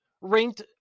ranked